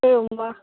एवं वा